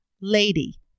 Lady